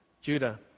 Judah